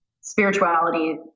spirituality